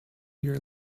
your